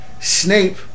Snape